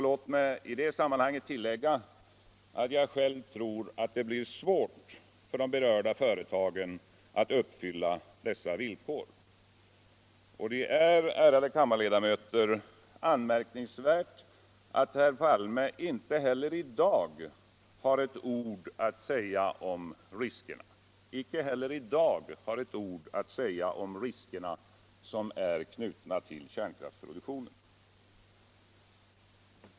Låt mig i detta sammanhaneg tillägga, att jag själv tror att det blir svårt för de berörda företagen aut uppfylla dessa villkor. Det är, ärade kammarledamöter, anmärkningsvärt att herr Palme inte heller i dag har ett ord att säga om de risker som är knutna till kärnkraftsproduktionen.